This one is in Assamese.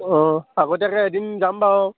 অঁ আগতীয়াকৈ এদিন যাম বাৰু